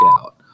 out